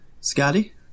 scotty